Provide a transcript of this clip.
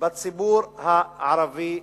בציבור הערבי בישראל.